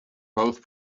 both